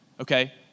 okay